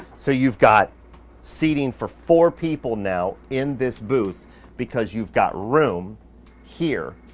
so you've got seating for four people now in this booth because you've got room here.